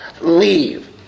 leave